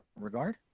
regard